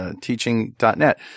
teaching.net